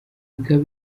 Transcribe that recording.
bikaba